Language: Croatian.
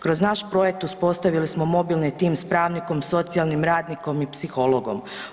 Kroz naš projekt uspostavili smo mobilni tim s pravnikom, socijalnim radnikom i psihologom.